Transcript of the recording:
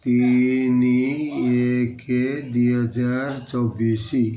ତିନି ଏକ ଦୁଇ ହଜାର ଚବିଶି